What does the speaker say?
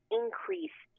increase